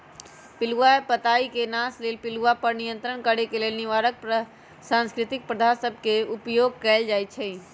पिलूआ पताई के नाश लेल पिलुआ पर नियंत्रण के लेल निवारक सांस्कृतिक प्रथा सभ के उपयोग कएल जाइ छइ